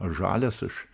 aš žalias aš